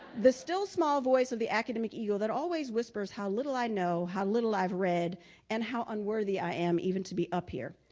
the still small voice of the academic eagle that always whispers how little i know how little i've read and how unworthy, i am even to be up here.